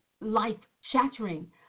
life-shattering